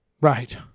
Right